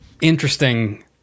interesting